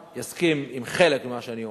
יסכים עם חלק ממה שאני אומר.